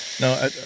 No